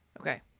okay